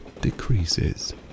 decreases